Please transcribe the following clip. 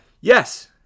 Yes